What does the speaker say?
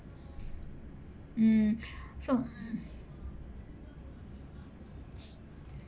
mm so